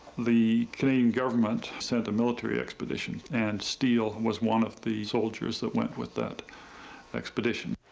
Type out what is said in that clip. the canadian government sent a military expedition and steele was one of the soldiers that went with that expedition.